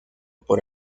por